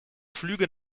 flüge